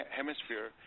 hemisphere